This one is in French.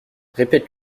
répète